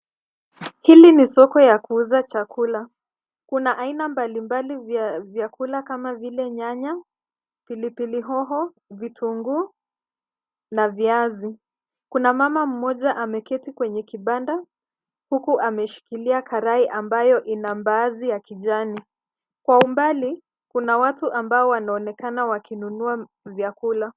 Hili ni soko ya kuuza chakula. Kuna aina mbali mbali vya vyakula kama vile: nyanya, pilipili hoho, vitunguu na viazi. Kuna mama mmoja ameketi kwenye kibanda, huku ameshikilia karai ambayo ina mbaazi ya kijani. Kwa umbali, kuna watu ambao wanaonekana wakinunua vyakula.